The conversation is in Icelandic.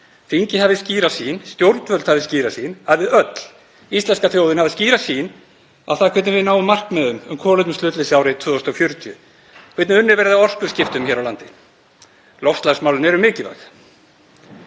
þingið hafi skýra sýn, stjórnvöld hafi skýra sýn og að við öll, íslenska þjóðin, höfum skýra sýn á það hvernig við náum markmiðum um kolefnishlutleysi árið 2040 og hvernig unnið verði að orkuskiptum hér á landi. Loftslagsmálin eru mikilvæg.